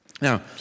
Now